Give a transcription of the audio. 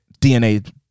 DNA